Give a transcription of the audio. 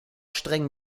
streng